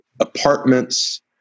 apartments